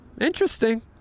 interesting